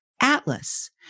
atlas